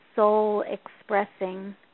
soul-expressing